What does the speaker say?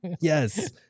Yes